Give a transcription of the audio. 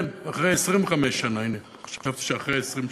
כן, אחרי 25 שנה, הנה, חשבתי שאחרי 20 שנה.